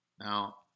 Now